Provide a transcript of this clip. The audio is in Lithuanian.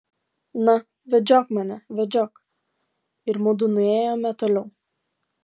na vedžiok mane vedžiok ir mudu nuėjome toliau